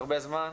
הרבה זמן,